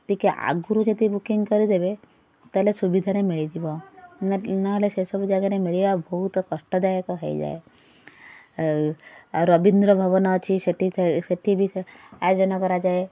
ଟିକିଏ ଆଗୁରୁ ଯଦି ବୁକିଙ୍ଗ କରିଦେବେ ତାହେଲେ ସୁବିଧାରେ ମିଳିଯିବ ନ ନହେଲେ ସେ ସବୁ ଜାଗାରେ ମିଳିବା ବହୁତ କଷ୍ଟଦାୟକ ହେଇଯାଏ ଆଉ ଆଉ ରବୀନ୍ଦ୍ରଭବନ ଅଛି ସେଇଠି ଥେ ସେଇଠି ବି ସେ ଆୟୋଜନ କରାଯାଏ